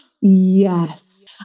Yes